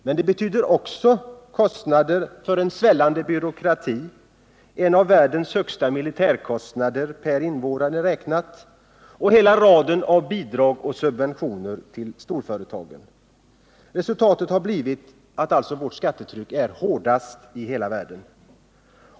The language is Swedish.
Men också kostnader för en svällande byråkrati, för en av världens högsta militärkostnader per invånare räknat och kostnader för hela raden av bidrag och subventioner till storföretagen. Resultatet har blivit att vårt skattetryck är hårdast i hela världen.